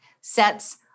sets